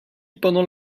pendant